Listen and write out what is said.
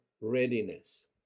readiness